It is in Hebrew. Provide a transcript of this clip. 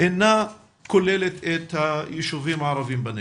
אינה כוללת את הישובים הערבים בנגב.